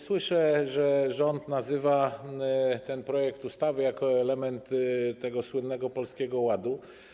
Słyszę, że rząd nazywa ten projekt ustawy elementem tego słynnego Polskiego Ładu.